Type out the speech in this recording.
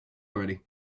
already